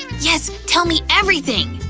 yes, tell me everything!